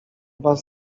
was